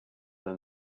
than